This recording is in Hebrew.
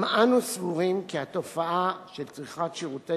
גם אנו סבורים כי התופעה של צריכת שירותי